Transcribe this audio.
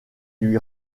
lui